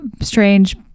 strange